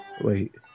Wait